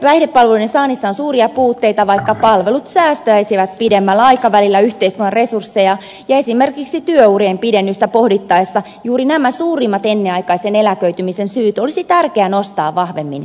päihdepalveluiden saannissa on suuria puutteita vaikka palvelut säästäisivät pidemmällä aikavälillä yhteiskunnan resursseja ja esimerkiksi työurien pidennystä pohdittaessa juuri nämä suurimmat ennenaikaisen eläköitymisen syyt olisi tärkeää nostaa vahvemmin esiin